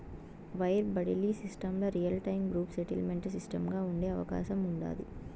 wire బడిలీ సిస్టమ్ల real time gross settlement సిస్టముగా ఉండే అవకాశం ఉండాది